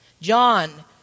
John